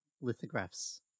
lithographs